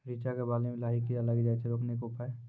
रिचा मे बाली मैं लाही कीड़ा लागी जाए छै रोकने के उपाय?